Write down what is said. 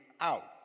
out